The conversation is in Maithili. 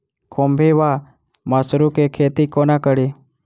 खुम्भी वा मसरू केँ खेती कोना कड़ी?